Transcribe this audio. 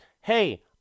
hey